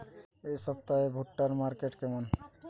এই সপ্তাহে ভুট্টার মার্কেট কেমন?